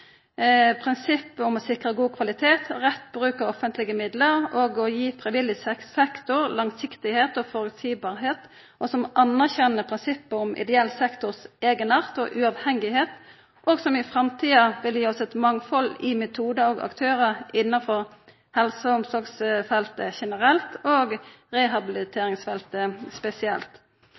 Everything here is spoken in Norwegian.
om å sikra god kvalitet og rett bruk av offentlege middel, om å gi frivillig sektor langsiktige og føreseielege vilkår og om å erkjenna ideell sektor sin eigenart og sjølvstende. I framtida vil det gi oss eit mangfald av metodar og aktørar innanfor helse- og omsorgsfeltet generelt og rehabiliteringsfeltet spesielt.